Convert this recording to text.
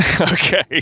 okay